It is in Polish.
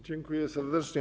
Dziękuję serdecznie.